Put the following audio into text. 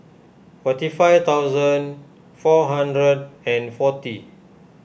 forty five thousand four hundred and forty